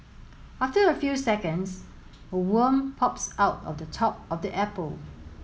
after a few seconds a worm pops out of the top of the apple